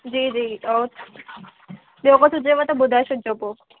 जी जी और ॿियो कुझु हुजेव त ॿुधाए छॾिजो पोइ